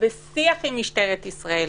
ובשיח עם משטרת ישראל.